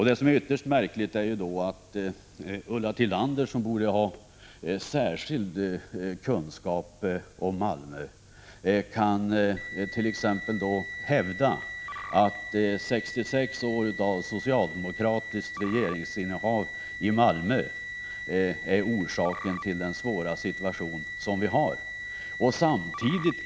Det är ytterst märkligt att Ulla Tillander, som borde ha särskild kunskap om Malmö, t.ex. kan hävda att 66 år av socialdemokratiskt styre i Malmö är orsaken till den svåra situationen där.